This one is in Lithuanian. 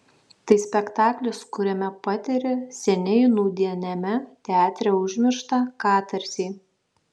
tai spektaklis kuriame patiri seniai nūdieniame teatre užmirštą katarsį